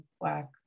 Black